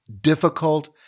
difficult